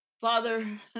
father